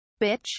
Bitch